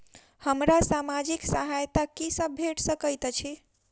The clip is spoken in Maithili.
हमरा सामाजिक सहायता की सब भेट सकैत अछि?